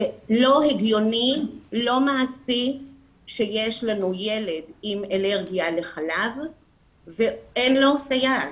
ולא הגיוני ולא מעשי שיש לנו ילד עם אלרגיה לחלב ואין לו סייעת.